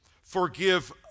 Forgive